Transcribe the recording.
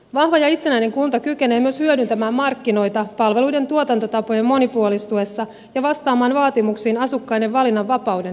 vahva ja itsenäinen kunta kykenee myös hyödyntämään markkinoita palveluiden tuotantotapojen monipuolistuessa ja vastaamaan vaatimuksiin asukkaiden valinnanvapauden lisäämisestä